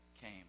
came